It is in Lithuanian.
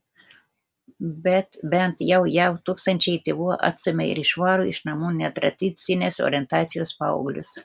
bet bent jau jav tūkstančiai tėvų atstumia ir išvaro iš namų netradicinės orientacijos paauglius